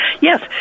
Yes